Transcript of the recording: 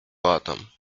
bottom